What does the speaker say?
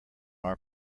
our